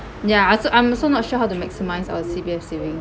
ya so I'm also not sure how to maximise our C_P_F savings